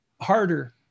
harder